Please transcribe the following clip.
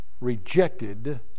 rejected